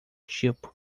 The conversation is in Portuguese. tipo